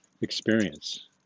experience